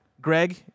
Greg